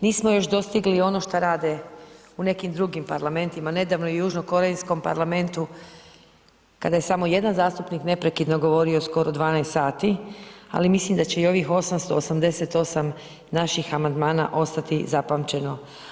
Nismo još dostigli ono šta rade u nekim drugim parlamentima, nedavno i u južnokorejskom Parlamentu kada je samo jedan zastupnik neprekidno govorio skoro 12 sati ali mislim da će i ovih 888 naših amandmana ostati zapamćeno.